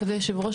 אדוני היושב ראש,